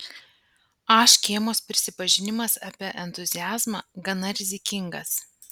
a škėmos prisipažinimas apie entuziazmą gana rizikingas